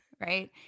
right